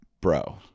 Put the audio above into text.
bro